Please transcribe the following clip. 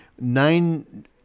nine